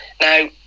Now